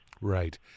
Right